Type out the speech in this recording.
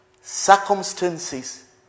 Circumstances